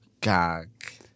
gag